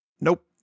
Nope